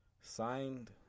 Signed